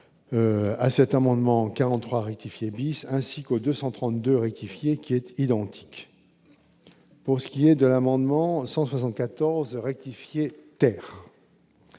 à cet amendement 43 rectifier bis, ainsi que 232 rectifier qui étaient identique pour ce qui est de l'amendement 174 rectifier terre.